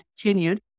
continued